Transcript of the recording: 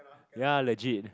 ya legit